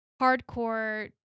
hardcore